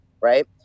right